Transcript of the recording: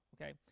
okay